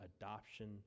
adoption